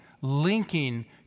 linking